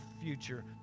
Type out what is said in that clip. future